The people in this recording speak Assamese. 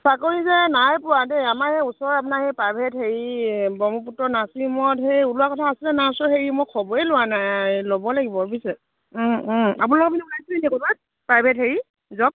চাকৰি যে নাই পোৱা দেই আমাৰ সেই ওচৰৰ আপোনাৰ সেই প্ৰাইভেট হেৰি ব্ৰহ্মপুত্ৰ নাৰ্ছিং হোমত সেই ওলোৱা কথা আছে নাৰ্চৰ হেৰি মই খবৰে লোৱা নাই ল'ব লাগিব বুইছে আপোনালোকৰ পিনে ওলাইছেনি ক'ৰবাত প্ৰাইভেট হেৰি জব